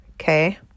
Okay